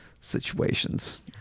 Situations